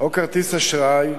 או כרטיס אשראי,